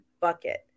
bucket